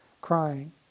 crying